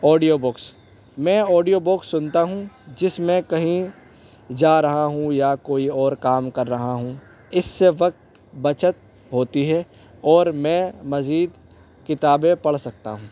audio books میں audio books سنتا ہوں جس میں کہیں جا رہا ہوں یا کوئی اور کام کر رہا ہوں اس سے وقت بچت ہوتی ہے اور میں مزید کتابیں پڑھ سکتا ہوں